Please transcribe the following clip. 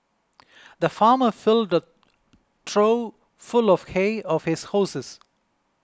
the farmer filled trough full of hay of his horses